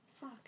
Fuck